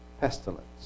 pestilence